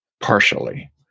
partially